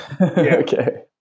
Okay